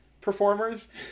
performers